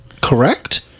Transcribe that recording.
Correct